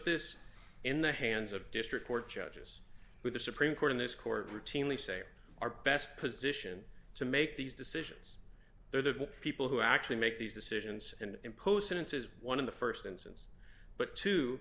this in the hands of district court judges who the supreme court in this court routinely say are best position to make these decisions they're the people who actually make these decisions and impose since is one of the st instance but t